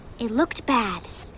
it looked bad.